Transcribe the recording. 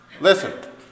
Listen